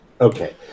okay